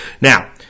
Now